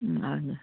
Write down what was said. उम् ल ल